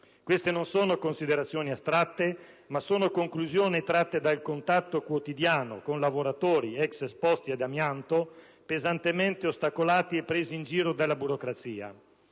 Queste non sono considerazioni astratte, ma conclusioni tratte dal contatto quotidiano con lavoratori ex esposti all'amianto, pesantemente ostacolati e presi in giro dalla burocrazia.